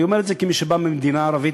אני אומר את זה כמי שבא ממדינה ערבית,